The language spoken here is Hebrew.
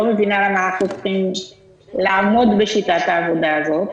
מבינה למה אנחנו צריכים לעמוד בשיטת העבודה הזאת.